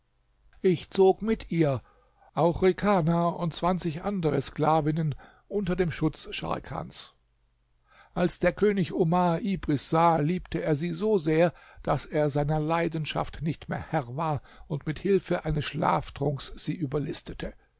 ich zog mit ihr auch richana und zwanzig andere sklavinnen unter dem schutz scharkans als der könig omar ibris sah liebte er sie so sehr daß er seiner leidenschaft nicht mehr herr war und mit hilfe eines schlaftrunks sie überlistete